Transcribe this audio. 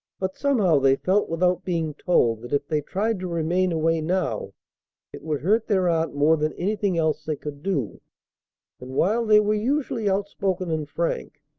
but somehow they felt without being told that if they tried to remain away now it would hurt their aunt more than anything else they could do and, while they were usually outspoken and frank,